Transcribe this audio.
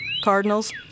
Cardinals